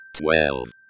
twelve